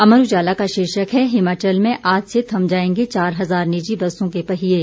अमर उजाला का शीर्षक है हिमाचल में आज से थम जाएंगे चार हजार निजी बसों के पहिये